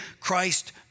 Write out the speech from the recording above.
Christ